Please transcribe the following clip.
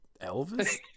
Elvis